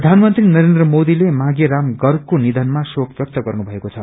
प्रधानमंत्री नरेन्द्र मोदीले मांगे राम ग्रेको निषनमा श्रोक व्यक्त गर्नुमएको छ